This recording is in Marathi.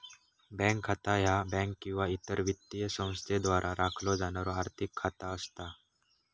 बँक खाता ह्या बँक किंवा इतर वित्तीय संस्थेद्वारा राखलो जाणारो आर्थिक खाता असता